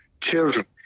Children